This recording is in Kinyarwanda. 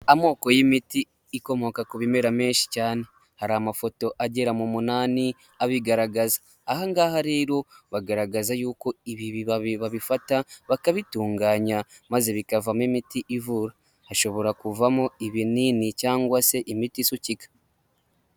Amoko y'imiti ikomoka ku bimera menshi cyane, hari amafoto agera mu munani abigaragaza. Aha ngaha rero bagaragaza y'uko ibi bibabi babifata bakabitunganya maze bikavamo imiti ivura, hashobora kuvamo ibinini cyangwa se imiti isukika.